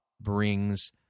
brings